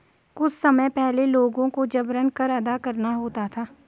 कुछ समय पहले लोगों को जबरन कर अदा करना होता था